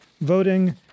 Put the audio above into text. voting